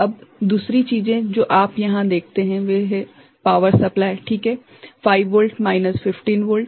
अब दूसरी चीजें जो आप यहां देखते हैं वे हैं पावर सप्लाई ठीक है 5 वोल्ट माइनस 15 वोल्ट